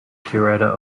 curator